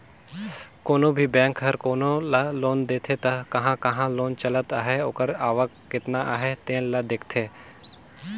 कोनो भी बेंक हर कोनो ल लोन देथे त कहां कहां लोन चलत अहे ओकर आवक केतना अहे तेन ल देखथे